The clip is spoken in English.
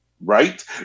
right